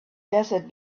desert